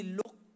look